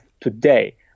today